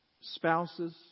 spouses